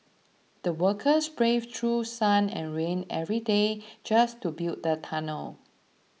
the workers braved through sun and rain every day just to build the tunnel